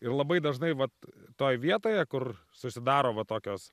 ir labai dažnai vat toj vietoje kur susidaro va tokios